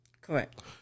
Correct